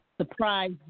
surprise